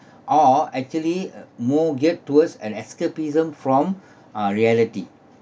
are actually uh more get towards an escapism from ah reality